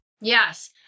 Yes